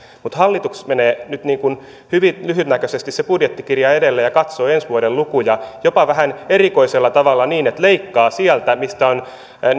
mutta hallitus menee nyt hyvin lyhytnäköisesti se budjettikirja edellä ja katsoo ensi vuoden lukuja jopa vähän erikoisella tavalla niin että leikkaa sieltä mistä on